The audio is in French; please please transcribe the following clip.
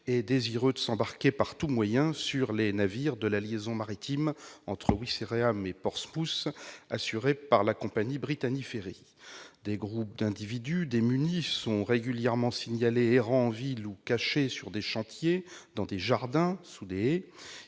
désireux de s'embarquer par tout moyen sur les navires de la liaison maritime entre Ouistreham et Portsmouth assurée par la compagnie Brittany Ferries. Des groupes d'individus, démunis, sont régulièrement signalés, errant en ville ou cachés sur des chantiers, dans des jardins ou sous des haies.